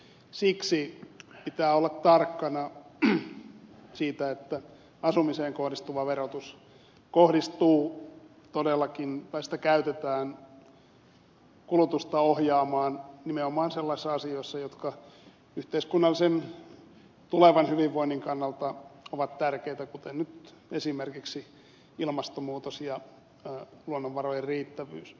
siksi pitää olla tarkkana siinä että asumiseen kohdistuvaa verotusta käytetään kulutusta ohjaamaan nimenomaan sellaisissa asioissa jotka yhteiskunnallisen tulevan hyvinvoinnin kannalta ovat tärkeitä kuten nyt esimerkiksi ilmastonmuutos ja luonnonvarojen riittävyys